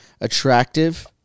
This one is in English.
attractive